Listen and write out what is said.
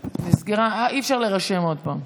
אי-אפשר להירשם שוב.